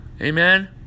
Amen